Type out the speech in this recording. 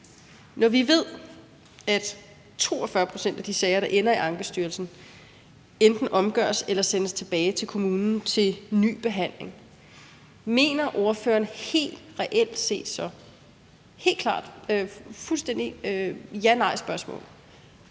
når vi ved, at 42 pct. af de sager, der ender i Ankestyrelsen, enten omgøres eller sendes tilbage til kommunen til ny behandling, mener ordføreren helt reelt set så – det er helt klart et ja-nej-spørgsmål